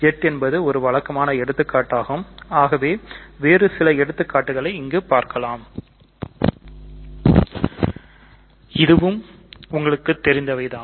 Z என்பது ஒரு வழக்கமான எடுத்துக்காட்டாகும் வேறு சில எடுத்துக்காட்டுகளை பார்க்கலாம் இதுவும் உங்களுக்கு தெரிந்தவை தான்